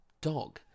dog